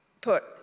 Put